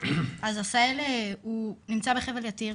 אז עשהאל הוא נמצא בחבל יתיר